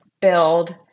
build